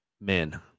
Men